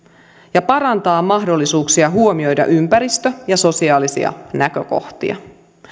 ja parantaa mahdollisuuksia huomioida ympäristö ja sosiaalisia näkökohtia